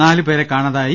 നാലുപേരെ കാണാതായി